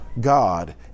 God